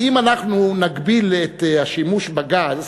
כי אם אנחנו נגביל את השימוש בגז,